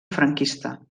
franquista